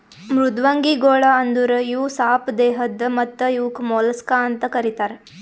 ಮೃದ್ವಂಗಿಗೊಳ್ ಅಂದುರ್ ಇವು ಸಾಪ್ ದೇಹದ್ ಮತ್ತ ಇವುಕ್ ಮೊಲಸ್ಕಾ ಅಂತ್ ಕರಿತಾರ್